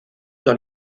dans